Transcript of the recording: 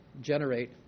generate